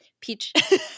Peach